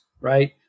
Right